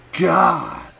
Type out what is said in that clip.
god